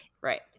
Right